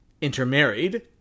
intermarried